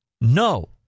no